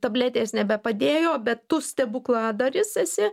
tabletės nebepadėjo bet tu stebukladaris esi